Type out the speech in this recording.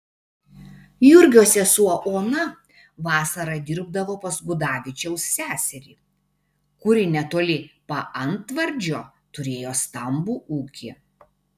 jurgio sesuo ona vasarą dirbdavo pas gudavičiaus seserį kuri netoli paantvardžio turėjo stambų ūkį